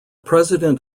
president